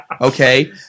okay